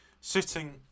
sitting